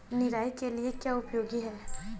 निराई के लिए क्या उपयोगी है?